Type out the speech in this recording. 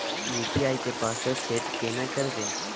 UPI के password set केना करबे?